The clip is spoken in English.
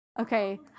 Okay